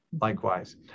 Likewise